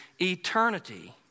eternity